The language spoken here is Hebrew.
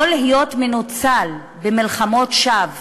או להיות מנוצל במלחמות שווא